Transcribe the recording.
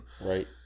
Right